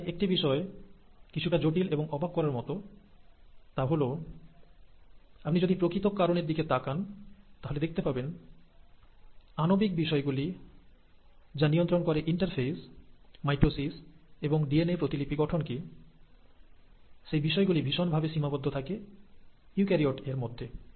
এখানে একটি বিষয় কিছুটা জটিল এবং অবাক করার মত তা হল আপনি যদি প্রকৃত কারণের দিকে তাকান তাহলে দেখতে পাবেন আণবিক বিষয় গুলি যা নিয়ন্ত্রণ করে ইন্টারফেস মাইটোসিস এবং ডিএনএ প্রতিলিপি গঠনকে সেই বিষয় গুলি ভীষণ ভাবে সীমাবদ্ধ থাকে ইউক্যারিওট এর মধ্যে